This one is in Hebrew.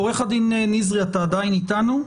עורך הדין נזרי, אתה עדיין אתנו?